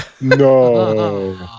No